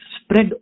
spread